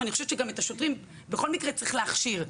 אני חושבת שגם את השוטרים צריך להכשיר.